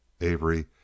Avery